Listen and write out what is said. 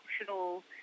optional